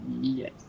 yes